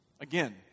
Again